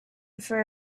for